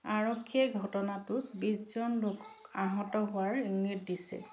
আৰক্ষীয়ে ঘটনাটোত বিশজন লোক আহত হোৱাৰ ইংগিত দিছে